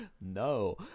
No